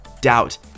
doubt